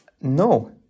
No